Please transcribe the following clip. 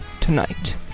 Tonight